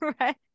Right